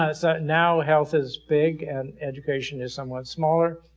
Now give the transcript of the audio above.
as that now health is big and education is somewhat smaller,